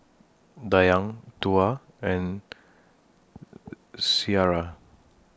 Dayang Tuah and Syirah